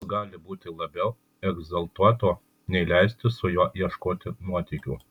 kas gali būti labiau egzaltuoto nei leistis su juo ieškoti nuotykių